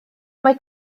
mae